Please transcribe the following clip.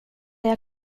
jag